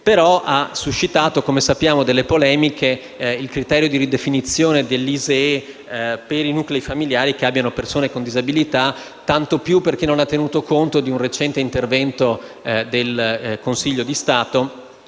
che ha suscitato polemiche il criterio di ridefinizione dell'ISEE per i nuclei familiari che abbiano persone con disabilità, tanto più perché non ha tenuto conto di un recente intervento del Consiglio di Stato.